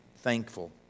thankful